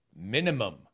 minimum